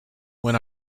when